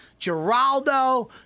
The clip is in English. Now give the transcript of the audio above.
Geraldo